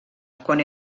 quan